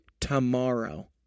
tomorrow